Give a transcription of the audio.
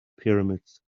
pyramids